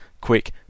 quick